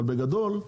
אבל בגדול.